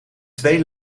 twee